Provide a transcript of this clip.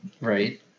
Right